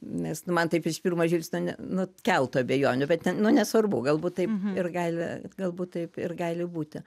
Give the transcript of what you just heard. nes nu man taip iš pirmo žvilgsnio ne nu keltų abejonių bet nu nesvarbu galbūt taip ir gali galbūt taip ir gali būti